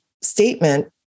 statement